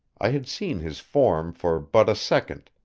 i had seen his form for but a second,